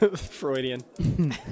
Freudian